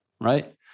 right